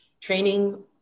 training